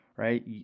Right